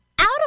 out